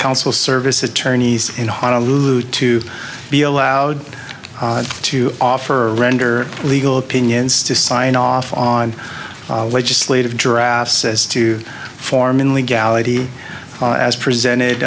council serve this attorneys in honolulu to be allowed to offer render legal opinions to sign off on legislative draft says to form in legality as presented